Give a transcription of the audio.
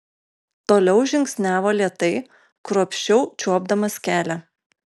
toliau žingsniavo lėtai kruopščiau čiuopdamas kelią